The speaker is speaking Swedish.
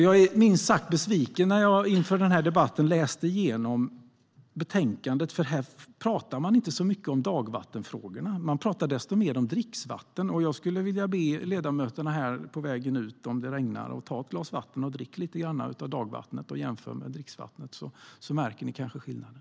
Jag blev minst sagt besviken när jag inför debatten läste igenom betänkandet. Där står det nämligen inte så mycket om dagvattenfrågorna, men desto mer om dricksvatten. Jag skulle vilja be er ledamöter att dricka lite grann av dagvattnet när ni kommer ut, om det regnar, och jämföra med dricksvattnet. Ni märker kanske skillnaden.